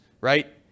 right